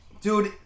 Dude